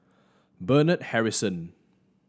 Bernard Harrison